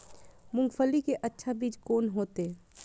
मूंगफली के अच्छा बीज कोन होते?